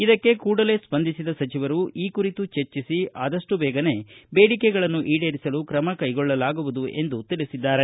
ಇದಕ್ಕೆ ಕೂಡಲೇ ಸ್ಪಂದಿಸಿದ ಸಚಿವರು ಈ ಕುರಿತು ಚರ್ಚಿಸಿ ಆದಷ್ಟು ಬೇಗನೆ ಬೇಡಿಕೆಗಳನ್ನು ಈಡೇರಿಸಲು ತ್ರಮ ಕೈಗೊಳ್ಳಲಾಗುವುದು ಎಂದು ತಿಳಿಸಿದ್ದಾರೆ